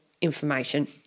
information